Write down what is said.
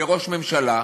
כראש ממשלה.